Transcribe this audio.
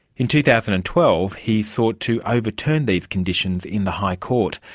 in two thousand and twelve he sought to overturn these conditions in the high court,